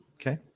okay